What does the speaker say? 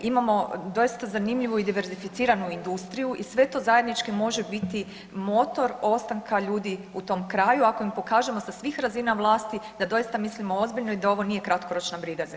Imamo doista zanimljivu i diverzificiranu industriju i sve to zajednički može biti motor ostanka ljudi u tom kraju ako im pokažemo sa svih razina vlasti da doista mislimo ozbiljno i da ovo nije kratkoročna briga za njih.